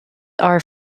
are